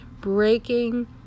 breaking